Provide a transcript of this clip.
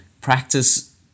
practice